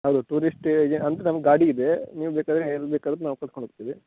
ಹೌದು ಟೂರಿಸ್ಟ್ ಏಜೆ ಅಂದ್ರೆ ನಮ್ಮ ಗಾಡಿ ಇದೆ ನೀವು ಬೇಕಾದರೆ ಎಲ್ಲಿ ಬೇಕಾದ್ರೂ ನಾವು ಕರ್ಕೊಂಡು ಹೋಗ್ತಿವಿ